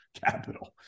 capital